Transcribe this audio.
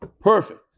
Perfect